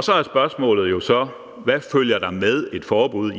Så er spørgsmålet så, hvad der følger med et forbud.